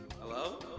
Hello